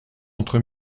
entre